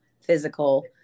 physical